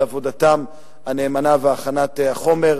על עבודתם הנאמנה בהכנת החומר.